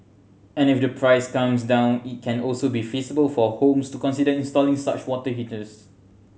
and if the price comes down it can also be feasible for homes to consider installing such water heaters